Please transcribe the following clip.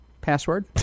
Password